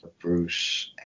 Bruce